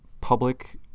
public